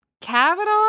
Kavanaugh